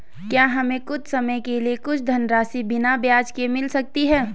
क्या हमें कुछ समय के लिए कुछ धनराशि बिना ब्याज के मिल सकती है?